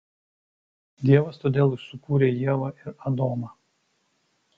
dievas todėl ir sukūrė ievą ir adomą